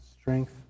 strength